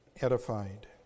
edified